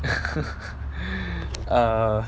err